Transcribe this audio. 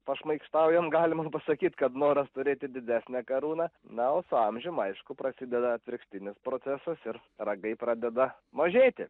pašmaikštaujant galima pasakyti kad noras turėti didesnę karūną na o amžium aišku prasideda atvirkštinis procesas ir ragai pradeda mažėti